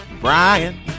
Brian